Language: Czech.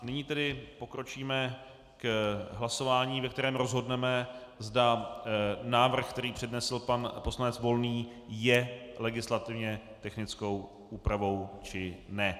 Nyní tedy pokročíme k hlasování, ve kterém rozhodneme, zda návrh, který přednesl pan poslanec Volný, je legislativně technickou úpravou, či ne.